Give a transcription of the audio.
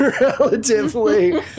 Relatively